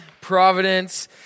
Providence